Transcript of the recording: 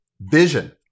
vision